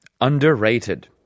underrated